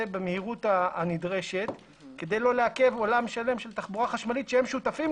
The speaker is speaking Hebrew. במהירות הנדרשת כדי לא לעכב עולם שלם של תחבורה חשמלית שהם שותפים